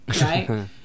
right